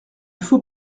faut